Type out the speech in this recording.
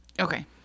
Okay